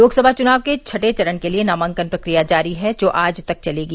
लोकसभा चुनाव के छठें चरण के लिये नामांकन प्रक्रिया जारी है जो आज तक चलेगी